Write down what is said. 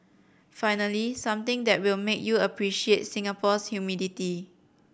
finally something that will make you appreciate Singapore's humidity